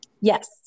Yes